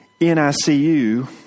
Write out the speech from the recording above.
NICU